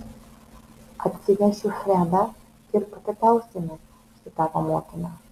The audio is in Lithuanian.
atsivešiu fredą ir papietausime su tavo motina